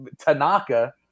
Tanaka